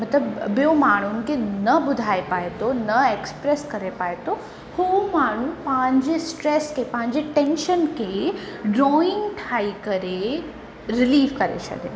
मतलबु ॿियो माण्हुनि खे न ॿुधाए पाए थो न एक्सप्रेस करे पाए थो उहो माण्हू पंहिंजे स्ट्रैस खे पंहिंजे टैंशन खे ड्रॉइंग ठाहे करे रिलीफ़ करे छॾे